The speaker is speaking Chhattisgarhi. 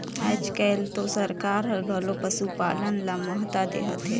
आयज कायल तो सरकार हर घलो पसुपालन ल महत्ता देहत हे